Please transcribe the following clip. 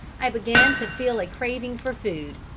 i began to feel a craving for food,